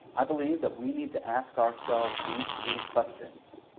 i believe that we need to ask ourselves these three questions.